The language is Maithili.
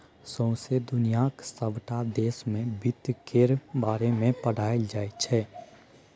सौंसे दुनियाक सबटा देश मे बित्त केर बारे मे पढ़ाएल जाइ छै